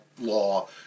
law